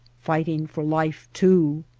fighting for life too.